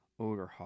Odorhog